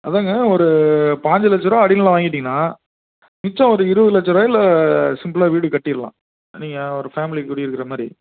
அதுதாங்க ஒரு பாஞ்சு லட்சம் ரூபா அடி நிலம் வாங்கிவிட்டீங்கன்னா மிச்சம் ஒரு இருபது லட்சம் ரூபாய்ல சிம்பிளாக வீடு கட்டிடலாம் நீங்கள் ஒரு ஃபேமிலி குடி இருக்கிற மாதிரி